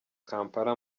kampala